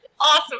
awesome